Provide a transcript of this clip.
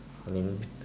I mean